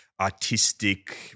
artistic